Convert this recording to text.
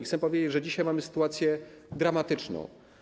Chcę powiedzieć, że dzisiaj mamy sytuację dramatyczną.